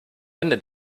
ende